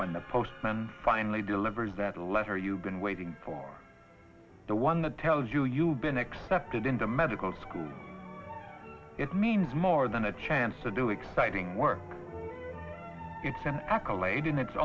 when the postman finally delivers that a letter you've been waiting for the one that tells you you've been accepted into medical school it means more than a chance to do exciting work it's an accolade in its